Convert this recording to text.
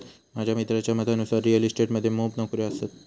माझ्या मित्राच्या मतानुसार रिअल इस्टेट मध्ये मोप नोकर्यो हत